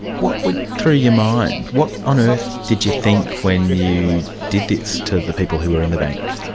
what went through your mind? what on earth did you think when you did this to the people who were in the bank?